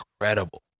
incredible